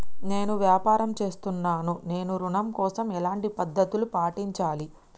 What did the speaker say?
నేను వ్యాపారం చేస్తున్నాను నేను ఋణం కోసం ఎలాంటి పద్దతులు పాటించాలి?